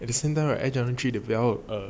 at the same time right air jordan three 也比较 err